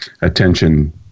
attention